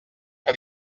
que